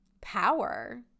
power